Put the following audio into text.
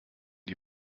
die